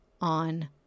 on